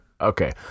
okay